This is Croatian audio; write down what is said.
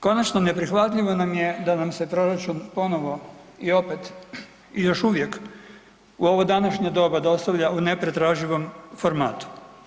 Konačno neprihvatljivo nam je da nam se proračun ponovno i opet i još uvijek u ovo današnje doba dostavlja u nepretraživom formatu.